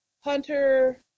Hunter